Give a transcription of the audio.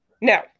No